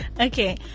Okay